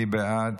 מי בעד?